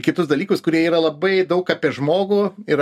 kitus dalykus kurie yra labai daug apie žmogų ir